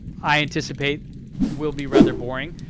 i anticipate will be rather boring.